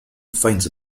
finds